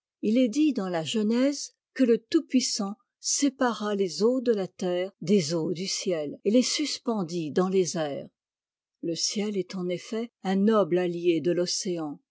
il est dit dans la genèse que le tout-puissant sépara les eaux de la terre des eaux du ciel et les suspendit dans les airs le ciel est en effet un noble allié de l'océan